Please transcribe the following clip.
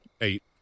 eight